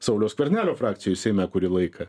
sauliaus skvernelio frakcijoj seime kurį laiką